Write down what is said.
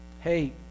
hey